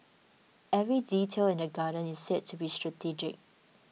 every detail in the garden is said to be strategic